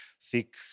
Seek